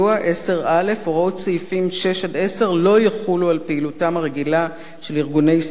10א: הוראות סעיפים 6 10 לא יחולו על פעילותם הרגילה של ארגוני סיוע,